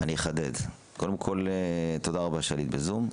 קודם כל תודה רבה שעלית בזום,